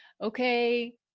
okay